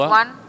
one